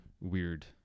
weird